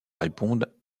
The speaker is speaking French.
réponde